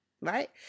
right